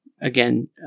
again